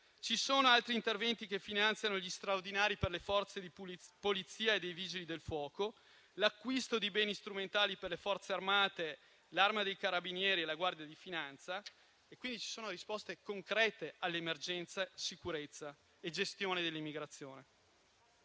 altri interventi che finanziano gli straordinari per le Forze di polizia e per i Vigili del fuoco; l'acquisto di beni strumentali per le Forze armate, l'Arma dei carabinieri e la Guardia di finanza. Si tratta di risposte concrete all'emergenza sicurezza e gestione dell'immigrazione.